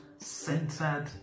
centered